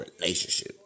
relationship